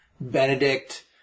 Benedict